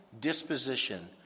disposition